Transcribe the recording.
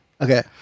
Okay